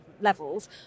levels